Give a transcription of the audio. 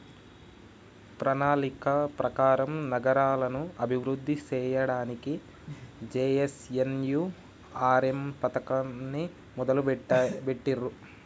ప్రణాళిక ప్రకారం నగరాలను అభివృద్ధి సేయ్యడానికి జే.ఎన్.ఎన్.యు.ఆర్.ఎమ్ పథకాన్ని మొదలుబెట్టిర్రు